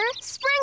spring